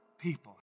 people